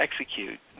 execute